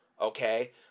Okay